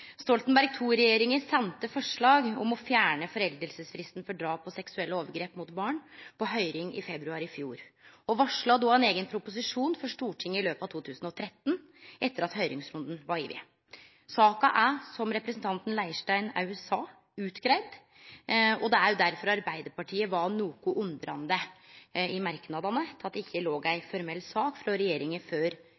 Stoltenberg II-regjeringa sende forslag om å fjerne foreldingsfristen for drap og seksuelle overgrep mot barn på høyring i februar i fjor og varsla då ein eigen proposisjon for Stortinget i løpet av 2013 etter at høyringsrunden var over. Saka er – som representanten Leirstein òg sa – greidd ut, og det er òg derfor Arbeidarpartiet er noko undrande i merknadane til at det ikkje låg føre ei